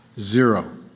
zero